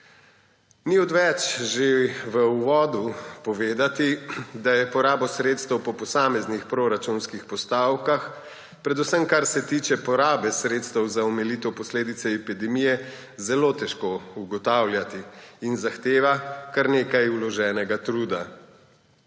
Ni odveč že v uvodu povedati, da je porabo sredstev po posameznih proračunskih postavkah, predvsem kar se tiče porabe sredstev za omilitev posledic epidemije, zelo težko ugotavljati in zahteva kar nekaj vloženega truda.